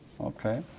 Okay